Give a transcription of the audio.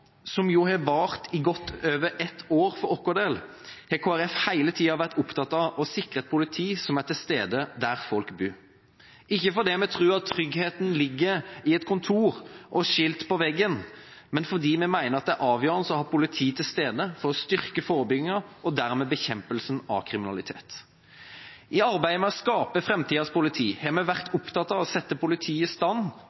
som jo har vart i godt over et år for vår del, har Kristelig Folkeparti hele tida vært opptatt av å sikre et politi som er til stede der folk bor – ikke fordi vi tror tryggheten ligger i et kontor og skilt på veggen, men fordi vi mener det er avgjørende å ha politi til stede for å styrke forebyggingen og dermed bekjempelsen av kriminalitet. I arbeidet med å skape framtidas politi har vi vært opptatt av å sette politiet i stand